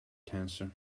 cancer